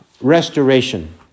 restoration